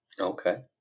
Okay